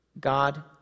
God